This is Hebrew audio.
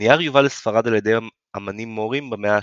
הנייר יובא לספרד על ידי אמנים מורים במאה ה-12.